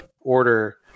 Order